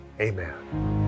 amen